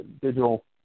digital